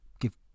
give